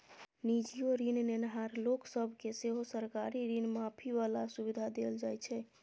निजीयो ऋण नेनहार लोक सब केँ सेहो सरकारी ऋण माफी बला सुविधा देल जाइ छै